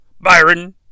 Byron